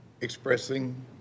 expressing